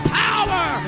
power